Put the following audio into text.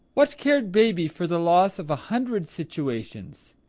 what cared baby for the loss of a hundred situations?